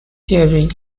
theory